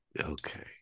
Okay